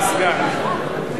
משיב,